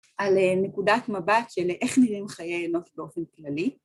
‫על נקודת מבט של איך נראים ‫חיי אנוש באופן כללי.